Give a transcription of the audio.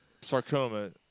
Sarcoma